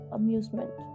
amusement